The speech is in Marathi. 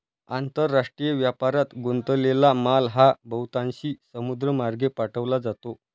आंतरराष्ट्रीय व्यापारात गुंतलेला माल हा बहुतांशी समुद्रमार्गे पाठवला जातो